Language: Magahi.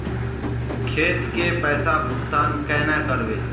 खेत के पैसा भुगतान केना करबे?